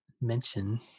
mention